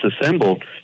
assembled